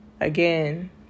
again